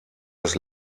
des